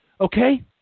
okay